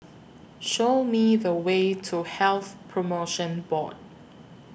Show Me The Way to Health promotion Board